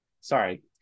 sorry